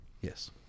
Yes